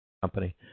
company